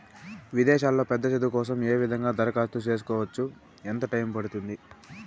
విదేశాల్లో పెద్ద చదువు కోసం ఏ విధంగా దరఖాస్తు సేసుకోవచ్చు? ఎంత టైము పడుతుంది?